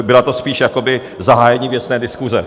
Bylo to spíš jakoby zahájení věcné diskuse.